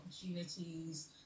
opportunities